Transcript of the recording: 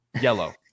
Yellow